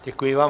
Děkuji vám.